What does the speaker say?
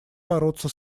бороться